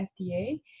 FDA